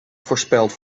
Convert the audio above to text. voorspeld